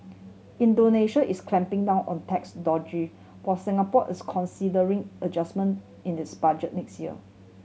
Indonesia is clamping down on tax dodger while Singapore is considering adjustment in its budget next year